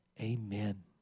Amen